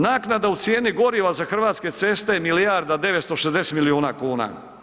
Naknada u cijeni goriva za hrvatske ceste milijarda 960 milijuna kuna.